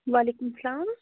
وعلیکُم السلام